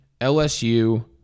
LSU